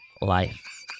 life